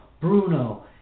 Bruno